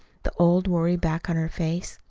the old worry back on her face.